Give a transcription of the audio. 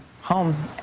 home